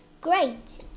great